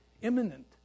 imminent